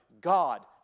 God